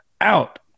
out